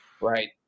Right